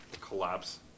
collapse